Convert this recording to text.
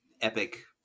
epic